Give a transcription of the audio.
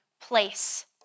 place